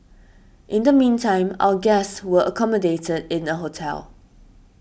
in the meantime our guests were accommodate in a hotel